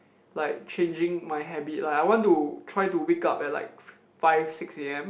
like changing my habit lah I want to try to wake up at like five six a_m